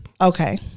Okay